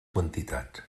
quantitats